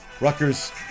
Rutgers